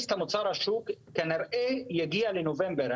המצב בישראל הוא שונה ולכן יש מנגנון מאוד מאוד